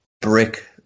brick